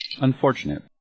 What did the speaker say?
Unfortunate